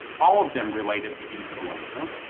all of them related to influenza.